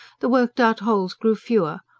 the worked-out holes grew fewer,